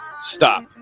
stop